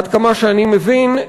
עד כמה שאני מבין,